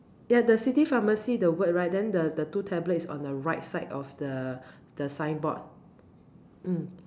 ya the city pharmacy the word right then the the two tablet is on the right side of the the signboard mm